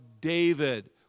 David